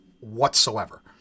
whatsoever